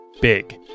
big